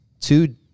two